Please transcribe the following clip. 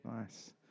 Nice